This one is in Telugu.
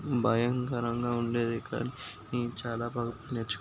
భయంకరంగా ఉండేది కానీ నేను చాలా బాగా నేర్చుకు